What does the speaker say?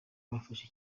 bafashe